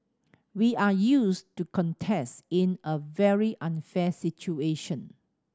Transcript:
we are used to contest in a very unfair situation